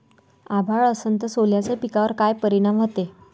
अभाळ असन तं सोल्याच्या पिकावर काय परिनाम व्हते?